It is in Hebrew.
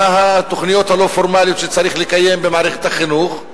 מה התוכניות הלא-פורמליות שצריך לקיים במערכת החינוך,